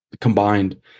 combined